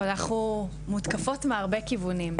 אנחנו מותקפות מהרבה כיוונים,